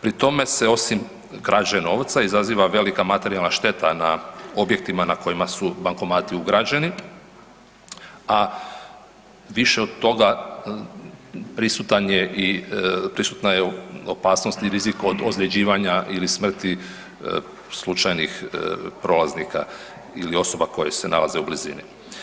Pri tome se osim krađe novca izaziva velika materijalna šteta na objektima na kojima su bankomati ugrađeni, a više od toga prisutna je opasnost i rizik od ozljeđivanja ili smrti slučajnih prolaznika ili osoba koje se nalaze u blizini.